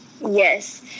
Yes